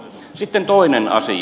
sitten toinen asia